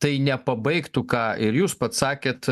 tai nepabaigtų ką ir jūs pats sakėt